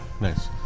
Nice